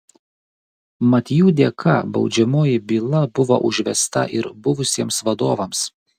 mat jų dėka baudžiamoji byla buvo užvesta ir buvusiems vadovams